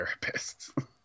therapists